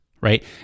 right